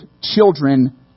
children